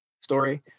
story